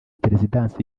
perezidansi